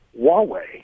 Huawei